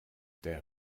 der